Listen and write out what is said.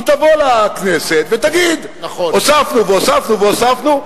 היא תבוא לכנסת ותגיד: הוספנו והוספנו והוספנו,